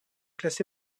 classé